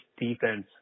defense